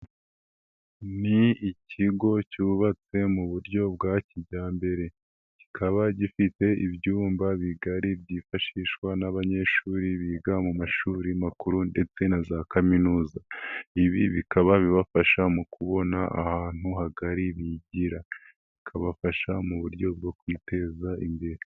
Ni ikigo cyubatse mu buryo bwa kijyambere kikaba gifite ibyumba bigari byifashishwa n'abanyeshuri biga mu mashuri makuru ndetse na za kaminuza, ibi bikaba bibafasha mu kubona ahantu hagari bigira bikabafasha mu buryo bwo kwiteza imbere.